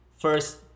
First